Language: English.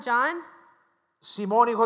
John